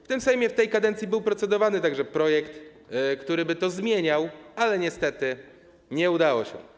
W tym Sejmie w tej kadencji był procedowany także projekt, który by to zmieniał, ale niestety nie udało się.